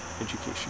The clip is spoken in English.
education